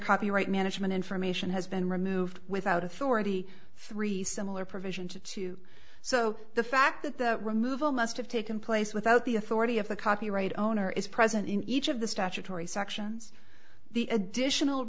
copyright management information has been removed without authority three similar provisions of two so the fact that the removal must have taken place without the authority of the copyright owner is present in each of the statutory sections the additional